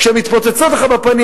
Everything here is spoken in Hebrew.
כשהן מתפוצצות לך בפנים,